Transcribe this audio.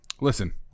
Listen